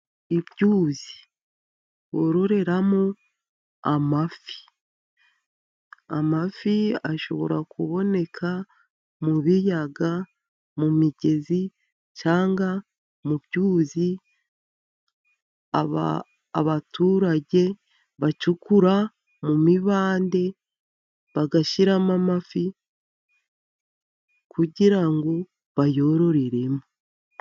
Ibyuzi bororeramo amafi. Amafi ashobora kuboneka mu biyaga mu migezi, cyangwa mu byuzi. Abaturage bacukura mu mibande bagashyiramo amafi kugira ngo bayororeremo.